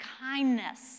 kindness